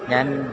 ഞാൻ